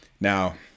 Now